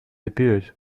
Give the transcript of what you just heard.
appeared